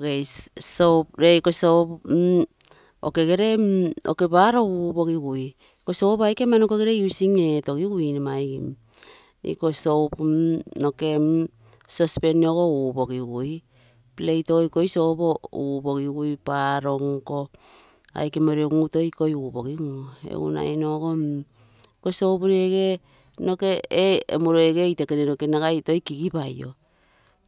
Nere soap okegere paroo upogigui soap aike ama noko gere using eto sigui. iko soap okee sauspan ogo upogigui, plate ogo ikoi soap upogiga ikoo paro nko aike morilo ngugu toi ikoi upogio nagai nno ogo iko soap nerege nokege emuroo hekene noke ragai toi kigipai oo.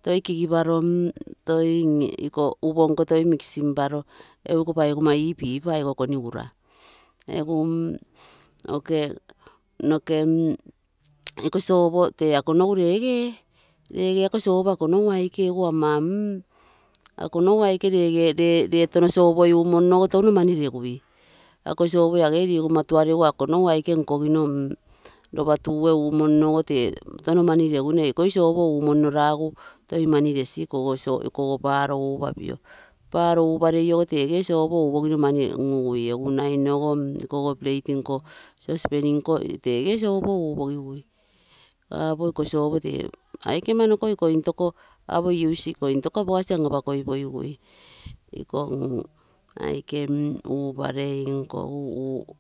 Toi kigiparo oi oepoo nico mixing paroi egu iko paiga ii upai ikoo kongara egu nokee soap tee akoi akoi nogu relege akoo soap akonogu tege taosoap ee umonoi ogo tono mani regui. Ako soap ikonnogu ligema gere life ikonogu soap umong upa pioo upa lei ago tee. Soap umono raga toi mani resi paroo uparei ogo tegee soap upogino mani ugugui, egu nagai nno ogo iko plate nkoo saucepan nkoo tege soap upogigui. Apo iko soap tee aike amanoko apoo using etopogigui. Iko aike upa lei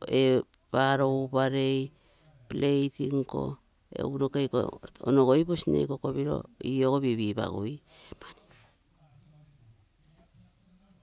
ee paroo upalei plate nkoo, noke iko onogoi posine kopiro ii ogo pipi pagui.